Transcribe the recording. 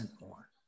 more